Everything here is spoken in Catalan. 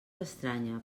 estranya